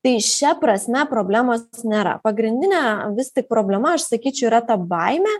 tai šia prasme problemos nėra pagrindinė vis tik problema aš sakyčiau yra ta baimė